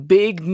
big